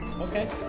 Okay